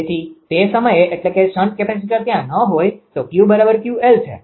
તેથી તે સમયે એટલે કે શન્ટ કેપેસીટર ત્યાં ન હોઈ તો 𝑄 𝑄𝑙 છે